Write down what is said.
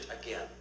again